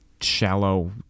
shallow